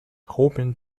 hoping